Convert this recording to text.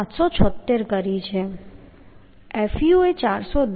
fu એ 410 ભાગ્યા 1